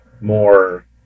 more